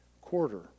quarter